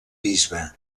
bisbe